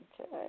Okay